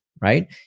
right